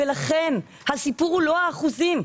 ולכן הסיפור הוא לא האחוזים.